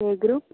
A group